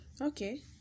Okay